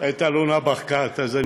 את אלונה ברקת,